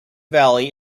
valley